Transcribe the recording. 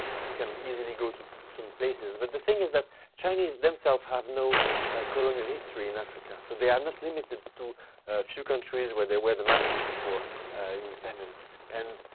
can easily go through some places. but the thing is that chinese themselves have no colonial history in africa. so they are not limited to a few countries where they were the masters before independence and,